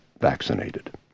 vaccinated